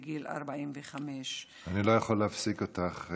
בגיל 45. אני לא יכול להפסיק אותך.